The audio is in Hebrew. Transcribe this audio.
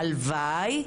הלוואי.